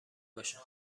باشد